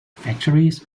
factories